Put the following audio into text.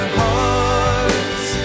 hearts